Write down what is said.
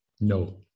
No